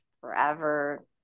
forever